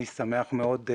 אני שמח מאוד,